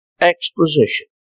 exposition